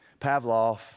Pavlov